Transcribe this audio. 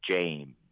James